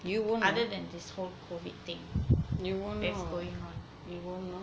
other than this whole COVID thing that's going on